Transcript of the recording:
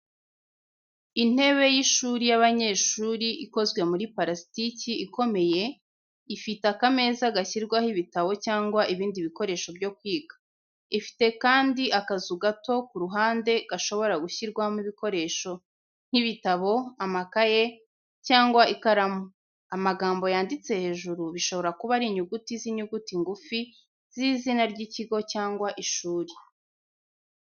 Intebe y’ishuri y’abanyeshuri ikozwe muri parasitiki ikomeye, ifite akameza gashyirwaho ibitabo cyangwa ibindi bikoresho byo kwiga. Ifite kandi akazu gato ku ruhande gashobora gushyirwamo ibikoresho nk’ibitabo, amakaye cyangwa ikaramu. Amagambo yanditse hejuru bishobora kuba ari inyuguti z’inyuguti ngufi z’izina ry’ikigo cyangwa ishuri.